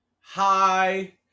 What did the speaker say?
Hi